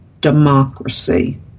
democracy